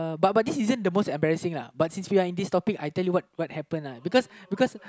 but but this isn't the most embarrassing lah but since we are in this topic I tell you what what happen lah